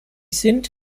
sind